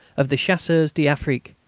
of the chasseurs d'afrique,